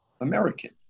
American